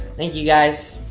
thank you guys.